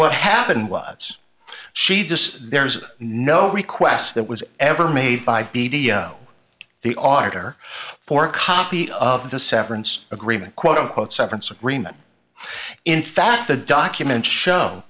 what happened was she just there was no request that was ever made by b t o the auditor for a copy of the severance agreement quote unquote severance agreement in fact the documents show